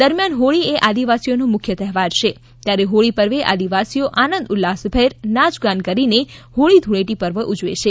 દરમ્યાન હોળી એ આદિવાસીઓનો મુખ્ય તહેવાર છે ત્યારે હોળી પર્વે આદિવાસીઓ આનંદ ઉલ્લાસ ભેર નાયગાન કરીને હોળી ધૂળેટી પર્વ ઉજવે છે